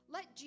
Let